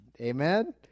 Amen